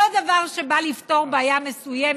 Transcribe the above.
לא דבר שבא לפתור בעיה מסוימת,